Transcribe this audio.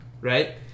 right